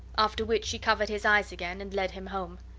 after which she covered his eyes again and led him home.